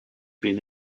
been